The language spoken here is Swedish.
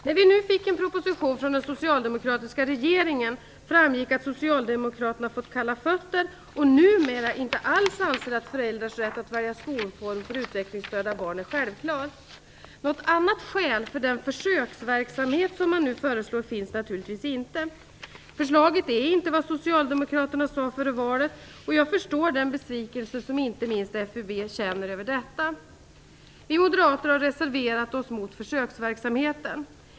När vi fick en proposition från den socialdemokratiska regeringen framgick det att Socialdemokraterna har fått kalla fötter och numera inte alls anser att föräldrars rätt att välja skolform för utvecklingsstörda barn är självklar. Något annat skäl för den försöksverksamhet som man nu föreslår finns naturligtvis inte. Förslaget är inte det Socialdemokraterna talade om före valet, och jag förstår den besvikelse som inte minst FUB känner över detta. Vi moderater har reserverat oss mot förslaget om försöksverksamhet.